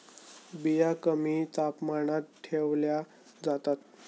बिया कमी तापमानात ठेवल्या जातात